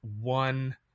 one